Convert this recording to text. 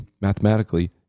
mathematically